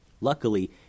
Luckily